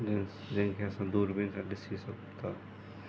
जेसि जेके असां दूरबीनि सां ॾिसी सघूं था